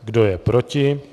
Kdo je proti?